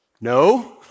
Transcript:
No